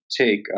take